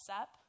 up